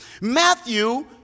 Matthew